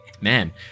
man